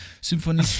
Symphonie